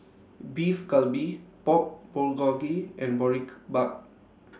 Beef Galbi Pork Bulgogi and Boribap